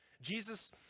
Jesus